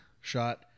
shot